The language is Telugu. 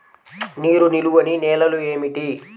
నీరు నిలువని నేలలు ఏమిటి?